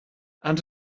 and